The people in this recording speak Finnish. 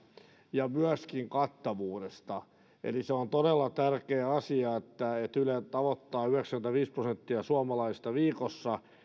ja myöskin kattavuudesta eli se on todella tärkeä asia että yle tavoittaa yhdeksänkymmentäviisi prosenttia suomalaisista viikossa